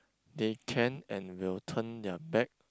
they can and will turn their back